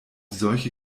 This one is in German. solche